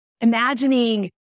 imagining